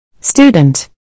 Student